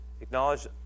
Acknowledge